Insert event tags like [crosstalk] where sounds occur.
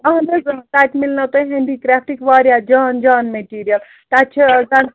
اَہن حظ اۭں تَتہِ میلنو تۄہہِ ہٮ۪نٛڈِکرٛافٹٕکۍ واریاہ جان جان میٚٹیٖرِیَل تَتہِ چھِ [unintelligible]